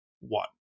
one